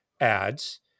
ads